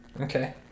Okay